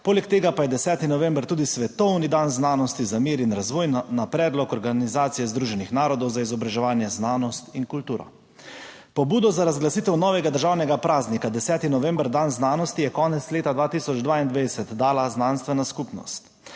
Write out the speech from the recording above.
poleg tega pa je 10. november tudi svetovni dan znanosti za mir in razvoj na predlog Organizacije Združenih narodov za izobraževanje, znanost in kulturo. Pobudo za razglasitev novega državnega praznika 10. november, dan znanosti, je konec leta 2022 dala znanstvena skupnost.